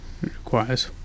requires